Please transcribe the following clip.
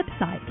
website